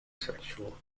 sexual